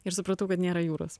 ir supratau kad nėra jūros